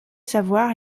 savoir